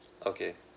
okay